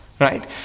right